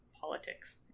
politics